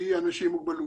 שהיא אנשים עם מוגבלות.